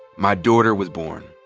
my daughter was born.